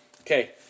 Okay